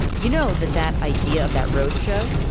you know that that idea of that roadshow?